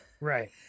right